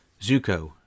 Zuko